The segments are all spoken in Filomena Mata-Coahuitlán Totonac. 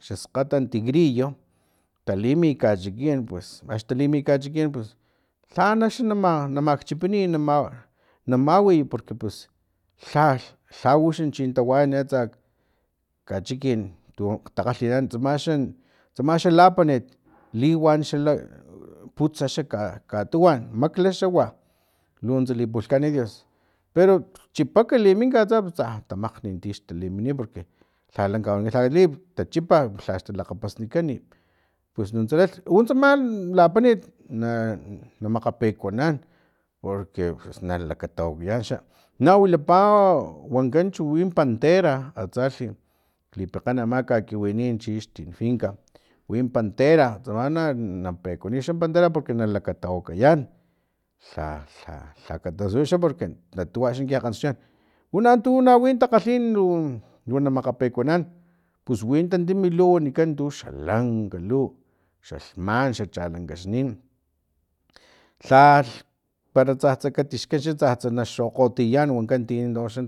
Xaskgata tigrillo talimi kachikin pues axni talimi kachikin pus lhanaxa nama namakchipiniy nama namawiy i porque pus lhalh lhau xa chin tawayan atsa kachikin tun takgalhinan tsamaxan tsamaxa lapanit liwan xa e putsa xa katuwan makgla xawa lu nuntsa lipulhkani dios pero chipak limin atsa pus tsa tamakgni tix talimini porque lhala kawani lha kalip tachipa lhax talakgapaskani pus nuntsa lalh untsama lapanit na makgapekuanan porque pus nalakatawakayan xa na wilapano wankan chu win pantera atsalhi lipekgen ama kakiwinin chix tij finka win pantera tsama na na pekuaniy xa pantera porque na lakatawakayan lha lha lha katasun porque lu tuwa xa na kgantaxtuyan uno na tuwin takgalhin lu namakgapekuanan pus win tantimluw tu wanikan tuxalank lanka luw xalhman xa chalankaxnin lhalh para tsatsa katixkan xa tsatsa na xokgotiyayan wankan tinoxa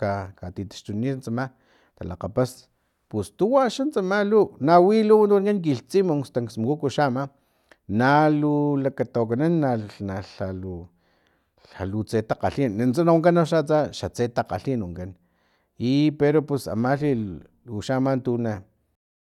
ka kataxtuni noxa tsama talakgapas pus tuwa xan tsama luw na wi luw kilhtsimunk tanksmukuku xa ama na lu lakatawakanan nalha na na lha lu tse takgalhin nuntsa na wankan atsa xa tse takgalhin wankan i pero pus amalhi uxa ama tu na